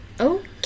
Okay